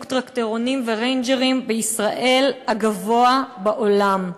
טרקטורונים וריינג'רים הגבוה בעולם.